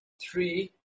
three